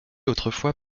autrefois